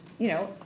you know,